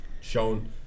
shown